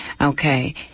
Okay